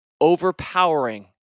overpowering